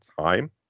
time